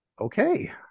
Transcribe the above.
Okay